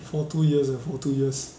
for two years ah for two years